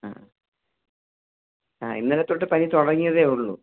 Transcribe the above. ആ ആ ഇന്നലെ തൊട്ട് പനി തുടങ്ങിയതേ ഉള്ളൂ